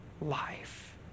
life